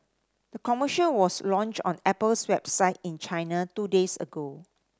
the commercial was launched on Apple's website in China two days ago